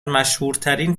مشهورترین